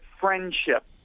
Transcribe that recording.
friendship—